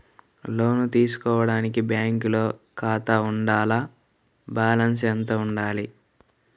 లోను తీసుకోవడానికి బ్యాంకులో ఖాతా ఉండాల? బాలన్స్ ఎంత వుండాలి?